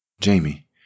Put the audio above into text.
Jamie